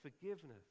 forgiveness